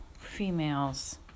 females